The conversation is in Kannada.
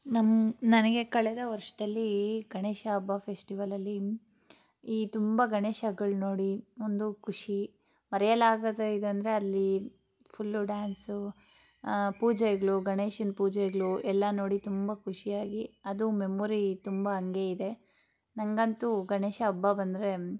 ನಮ್ಮ ನನಗೆ ಕಳೆದ ವರ್ಷದಲ್ಲಿ ಗಣೇಶ ಹಬ್ಬ ಫೆಶ್ಟಿವಲ್ಲಲ್ಲಿ ಈ ತುಂಬ ಗಣೇಶಗಳು ನೋಡಿ ಒಂದು ಖುಷಿ ಮರೆಯಲಾಗದ ಇದು ಅಂದರೆ ಅಲ್ಲಿ ಫುಲ್ಲು ಡ್ಯಾನ್ಸು ಪೂಜೆಗಳು ಗಣೇಶನ ಪೂಜೆಗಳು ಎಲ್ಲ ನೋಡಿ ತುಂಬ ಖುಷಿಯಾಗಿ ಅದು ಮೆಮೋರಿ ತುಂಬ ಹಂಗೆ ಇದೆ ನನಗಂತೂ ಗಣೇಶ ಹಬ್ಬ ಬಂದರೆ